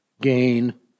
gain